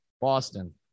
Boston